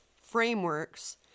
frameworks